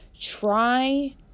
Try